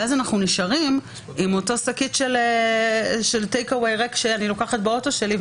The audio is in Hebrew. ומה שנשאר בה זה אותה שקית של טייק-אווי ריק שאני לוקחת באוטו שלי.